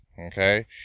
okay